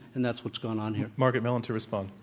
and that's what's going on here. margaret mellon to respond.